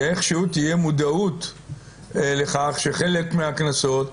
שאיכשהו תהיה מודעות לכך שחלק מהקנסות